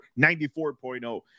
94.0